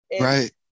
Right